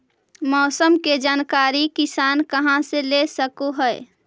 मौसम के जानकारी किसान कहा से ले सकै है?